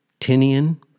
Tinian